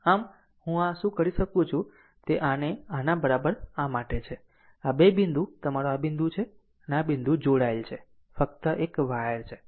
આમ હું આ શું કરી શકું છું તે આને આના બરાબર આ માટે છે આ બે બિંદુ તમારો આ બિંદુ છે અને આ બિંદુ જોડાયેલ છે ફક્ત એક વાયર છે